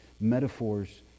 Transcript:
metaphors